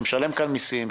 שמשלם כאן מסים,